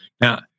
Now